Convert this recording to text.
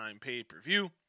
Pay-Per-View